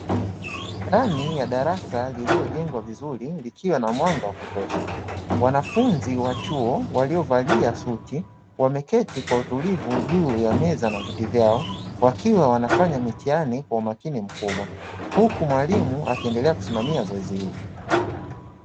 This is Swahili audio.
Ndani ya darasa lililojengwa vizuri likiwa na mwanga wa kutosha. Wanafunzi wa chuo waliovalia suti wameketi kwa utulivu juu ya meza na viti vyao, wakiwa wanafanya mitihani kwa umakini mkubwa, huku mwalimu akiendelea kusimamia zoezi hili.